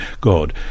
god